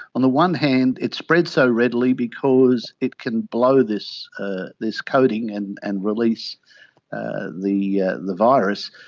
on the one hand it spreads so readily because it can blow this ah this coating and and release the ah the virus,